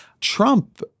Trump